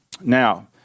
Now